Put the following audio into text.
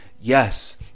Yes